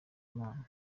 imana